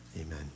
amen